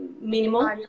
minimal